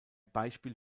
beispiel